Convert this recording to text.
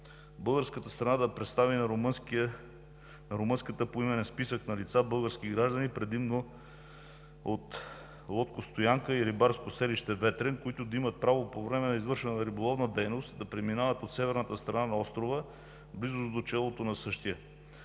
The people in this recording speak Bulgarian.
българската страна да представи на румънската поименен списък на лица, български граждани, предимно от лодкостоянка и рибарско селище Ветрен, които да имат право по време на извършване на риболовна дейност да преминават от северната страна на острова в близост до челото на същия.